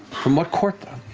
from what court, though?